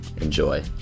Enjoy